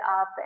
up